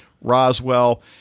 Roswell